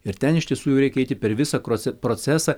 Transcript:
ir ten iš tiesų jau reikia eiti per visą krose procesą